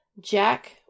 Jack